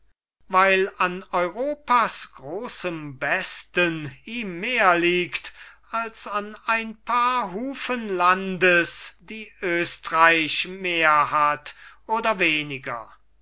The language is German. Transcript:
weil an europas großem besten ihm mehr liegt als an ein paar hufen landes die östreich mehr hat oder weniger